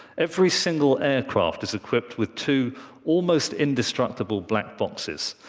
every single aircraft is equipped with two almost indestructible black boxes.